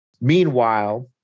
Meanwhile